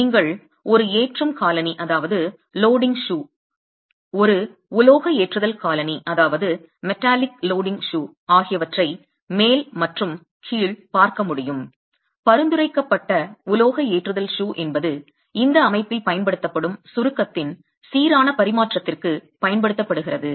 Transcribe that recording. நீங்கள் ஒரு ஏற்றும் காலணி ஒரு உலோக ஏற்றுதல் காலணி ஆகியவற்றை மேல் மற்றும் கீழ் பார்க்க முடியும் பரிந்துரைக்கப்பட்ட உலோக ஏற்றுதல் ஷூ என்பது இந்த அமைப்பில் பயன்படுத்தப்படும் சுருக்கத்தின் சீரான பரிமாற்றத்திற்கு பயன்படுத்தப்படுகிறது